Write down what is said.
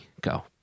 go